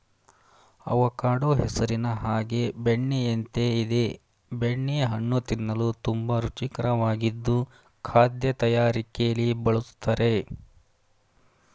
avocado ಹೆಸರಿನ ಹಾಗೆ ಬೆಣ್ಣೆಯಂತೆ ಇದೆ ಬೆಣ್ಣೆ ಹಣ್ಣು ತಿನ್ನಲು ತುಂಬಾ ರುಚಿಕರವಾಗಿದ್ದು ಖಾದ್ಯ ತಯಾರಿಕೆಲಿ ಬಳುಸ್ತರೆ